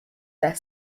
their